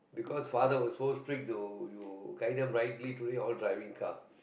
because father was so strict to guide them rightly so today all driving car